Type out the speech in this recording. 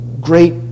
great